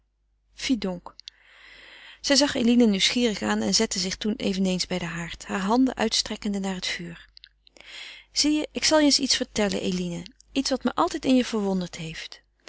fi donc zij zag eline nieuwsgierig aan en zette zich toen eveneens bij den haard haar handen uitstrekkende naar het vuur zie je ik zal je eens iets vertellen eline iets wat me altijd in je verwonderd heeft